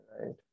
Right